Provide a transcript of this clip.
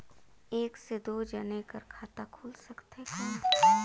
एक से दो जने कर खाता खुल सकथे कौन?